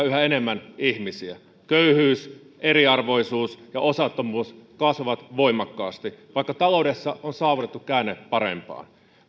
yhä enemmän ihmisiä köyhyys eriarvoisuus ja osattomuus kasvavat voimakkaasti vaikka taloudessa on saavutettu käänne parempaan